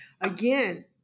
again